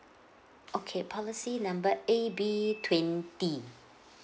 okay policy number A B twenty